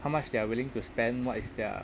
how much they are willing to spend what is their